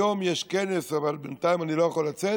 היום יש כנס, אבל בינתיים אני לא יכול לצאת,